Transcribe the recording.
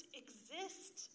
exist